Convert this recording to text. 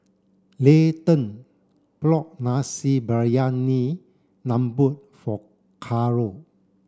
Layton brought Nasi Briyani Lembu for Carlo